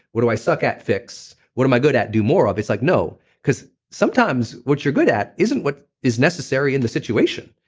what do i suck at? fix what am i good at? do more of. like no, because sometimes what you're good at isn't what is necessary in the situation.